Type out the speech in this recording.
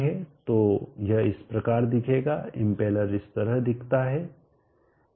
तो यह इस प्रकार दिखेगा इम्पेलर इस तरह दिखता है